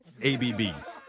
ABBs